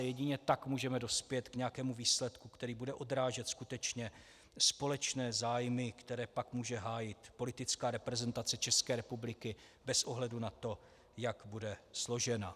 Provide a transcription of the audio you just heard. Jedině tak můžeme dospět k nějakému výsledku, který bude odrážet skutečně společné zájmy, které pak může hájit politická reprezentace České republiky bez ohledu na to, jak bude složena.